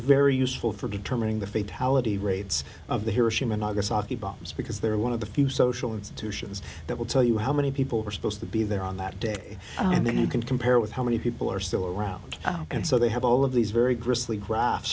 very useful for determining the fate how the rates of the hiroshima nagasaki bombs because they're one of the few social institutions that will tell you how many people were supposed to be there on that day and then you can compare with how many people are still around and so they have all of these very gristly graphs